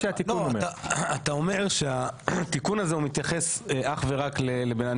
אתה אומר שהתיקון הזה הוא מתייחס אך ורק לבן אדם,